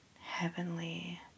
heavenly